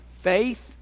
Faith